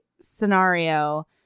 scenario